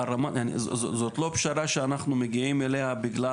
זאת לא פשרה שאנחנו מגיעים אליה בגלל